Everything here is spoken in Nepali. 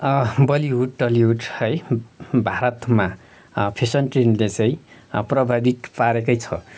बलिहुड टलिहुड है भारतमा फेसन ट्रेन्डले चैँ प्रभावित पारेकै छ